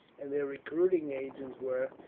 and their recruiting agents were,